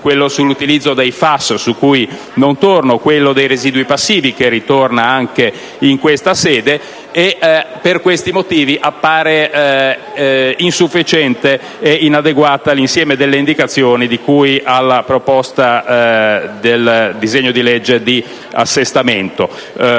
quello dell'utilizzo del FAS, su cui non torno, o quello dei residui passivi che ritorna anche in questa sede e per questi motivi appare insufficiente e inadeguato l'insieme delle indicazioni di cui alla proposta del disegno di legge di assestamento.